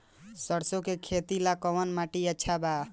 सरसों के खेती ला कवन माटी अच्छा बा?